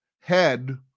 head